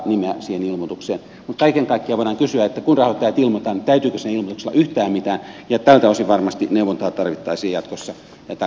mutta kaiken kaikkiaan voidaan kysyä että kun rahoittajat ilmoitan täytyykö siinä ilmoituksessa olla yhtään mitään ja tältä osin varmasti neuvontaa tarvittaisiin jatkossa tarkastusvaliokunnalta